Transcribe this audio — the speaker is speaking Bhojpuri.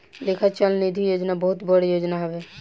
लेखा चल निधी योजना बहुत बड़ योजना हवे